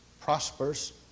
prosperous